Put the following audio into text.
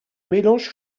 mélange